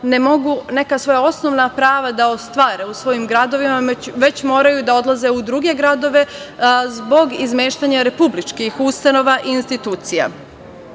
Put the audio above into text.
ne mogu neka svoja osnovna prava da ostvare u svojim gradovima, već moraju da odlaze u druge gradove zbog izmeštanja republičkih ustanova i institucija,